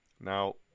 Now